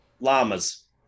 Llamas